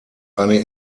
eine